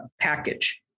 package